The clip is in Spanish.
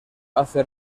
hace